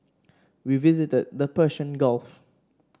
we visited the Persian Gulf